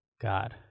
god